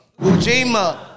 Ujima